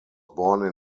born